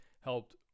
helped